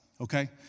Okay